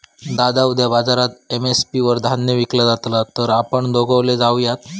दादा उद्या बाजारात एम.एस.पी वर धान्य विकला जातला तर आपण दोघवले जाऊयात